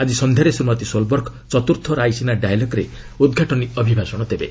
ଆଜି ସନ୍ଧ୍ୟାରେ ଶ୍ରୀମତୀ ସୋଲବର୍ଗ ଚତୁର୍ଥ ରାଇସିନା ଡାଏଲଗ୍ରେ ଉଦ୍ଘାଟନୀ ଅଭିଭାଷଣ ଦେବେ